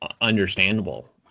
understandable